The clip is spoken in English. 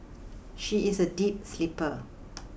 she is a deep sleeper